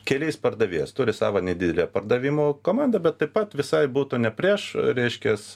keliais pardavėjais turi savą nedidelę pardavimų komandą bet taip pat visai būtų ne prieš reiškias